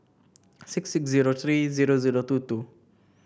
six six zero three zero zero two two